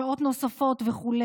שעות נוספות וכו',